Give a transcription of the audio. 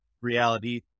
reality